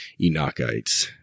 Enochites